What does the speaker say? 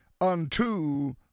unto